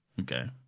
Okay